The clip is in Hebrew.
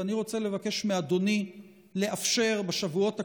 ואני רוצה לבקש מאדוני לאפשר בשבועות הקרובים,